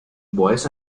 boys